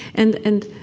and and